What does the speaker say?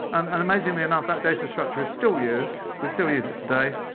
um and amazingly enough, that data structure is still used. we still use it today.